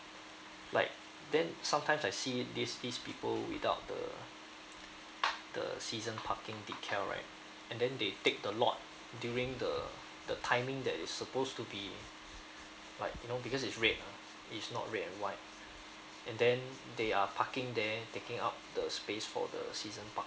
but then sometimes I see these these people without the the season parking decal right and then they take the lot during the the timing that is supposed to be like you know because it's red it's not red and white and then they are parking there taking up the space for the season